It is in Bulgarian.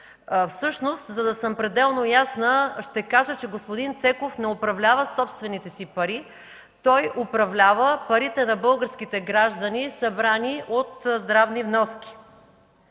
Всъщност за да съм пределно ясна, ще кажа, че господин Цеков не управлява собствените си пари – той управлява парите на българските граждани, събрани от здравни вноски.